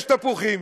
יש תפוחים,